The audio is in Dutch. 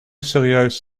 serieus